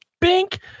Bink